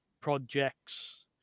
projects